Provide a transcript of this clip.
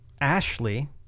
Ashley